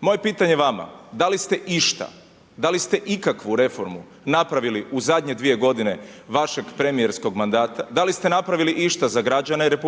Moje pitanje vama, da li šte išta, da li ste ikakvu reformu napravili u zadnje dvije godine vašeg premijerskog mandata? Da li ste napravili išta za građane RH,